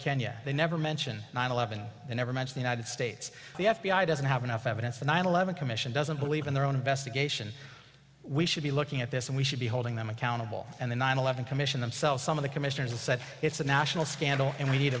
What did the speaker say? kenya they never mention nine eleven they never mentioned united states the f b i doesn't have enough evidence the nine eleven commission doesn't believe in their own investigation we should be looking at this and we should be holding them accountable and the nine eleven commission themselves some of the commissioners said it's a national scandal and we need